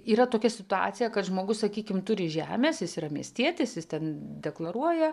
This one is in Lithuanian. yra tokia situacija kad žmogus sakykim turi žemės jis yra miestietis jis ten deklaruoja